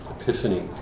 Epiphany